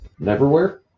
Neverwhere